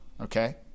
Okay